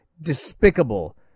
despicable